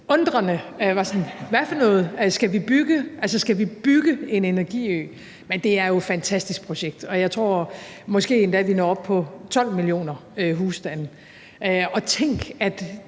tænkte: Hvad for noget, skal vi bygge en energiø? Men det er jo et fantastisk projekt, og jeg tror måske endda, at vi når op på 12 millioner husstande. Og tænk, at